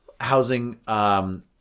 housing –